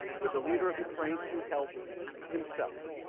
with a leader of ukraine to help himself.